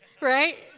right